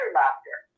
laughter